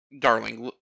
darling